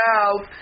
out